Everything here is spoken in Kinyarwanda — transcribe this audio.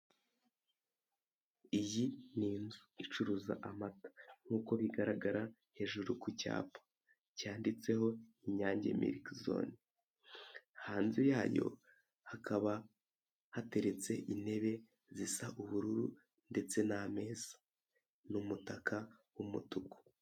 Iyi ni inzu icuruza amata. Nk'uko bigaragara hejuru ku cyapa, cyanditseho Inyange miliki zone, hanze yayo hakaba hateretse intebe zisa ubururu ndetse n'ameza n'umutaka w'umutuku.